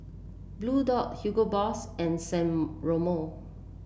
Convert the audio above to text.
Bluedio Hugo Boss and San Remo